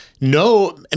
no